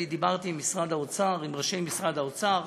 דיברתי עם משרד האוצר, עם ראשי משרד האוצר,